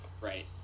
Right